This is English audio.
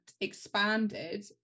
expanded